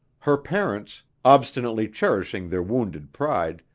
her parents, obstinately cherishing their wounded pride,